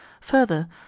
further